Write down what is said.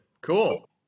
cool